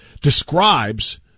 describes